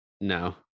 No